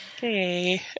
Hey